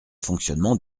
fonctionnement